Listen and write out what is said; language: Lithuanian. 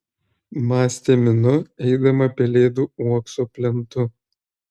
mąstė minu eidama pelėdų uokso plentu